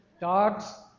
Dogs